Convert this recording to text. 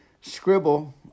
scribble